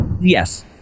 Yes